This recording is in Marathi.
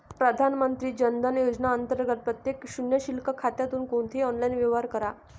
प्रधानमंत्री जन धन योजना अंतर्गत प्रत्येक शून्य शिल्लक खात्यातून कोणतेही ऑनलाइन व्यवहार करा